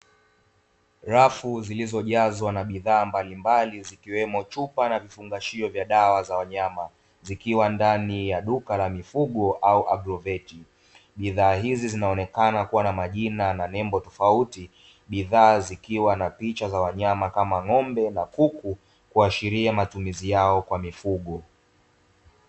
Rafu zilizojazwa na bidhaa mbalimbali zikiwemo chupa na vifungashio vya dawa za wanyama, zikiwa ndani ya duka la mifugo au "aggrovet". Bidhaa hizi zinaonekana kuwa na majina na nembo tofauti. Bidhaa zikiwa na picha za wanyama kama ng'ombe na kuku, kuashiria matumizi yao kwa mifugo.